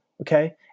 Okay